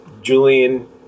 Julian